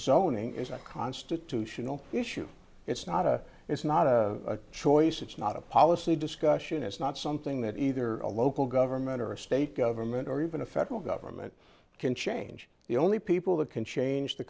zoning is a constitutional issue it's not a it's not a choice it's not a policy discussion it's not something that either a local government or a state government or even a federal government can change the only people that can change the